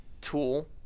tool